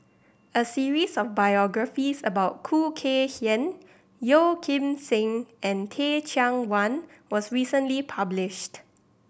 a series of biographies about Khoo Kay Hian Yeo Kim Seng and Teh Cheang Wan was recently published